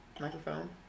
microphone